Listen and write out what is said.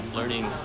learning